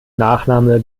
nachname